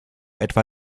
etwa